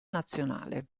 nazionale